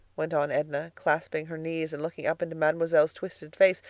went on edna, clasping her knees and looking up into mademoiselle's twisted face,